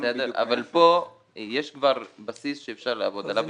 אבל פה יש כבר בסיס שאפשר לעבוד עליו.